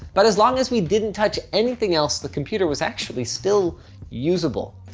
but as long as we didn't touch anything else, the computer was actually still usable.